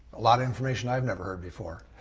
a lot of information i've never heard before.